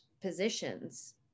positions